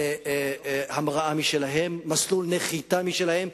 המראה משלהם, מסלול נחיתה משלהם.